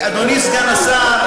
אדוני סגן השר,